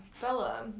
Bella